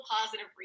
positive